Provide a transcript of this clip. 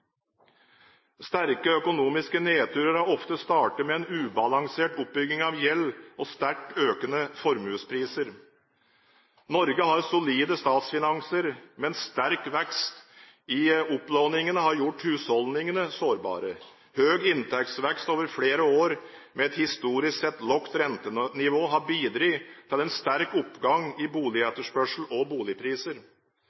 Sterke økonomiske nedturer har ofte startet med en ubalansert oppbygging av gjeld og sterkt økende formuespriser. Norge har solide statsfinanser, men sterk vekst i opplåningen har gjort husholdningene mer sårbare. Høy inntektsvekst over flere år med et historisk sett lavt rentenivå har bidratt til sterk oppgang i